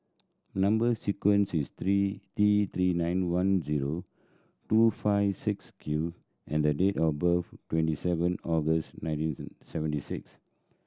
number sequence is three T Three nine one zero two five six Q and the date of birth twenty seven August nineteen seventy six